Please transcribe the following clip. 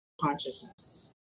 consciousness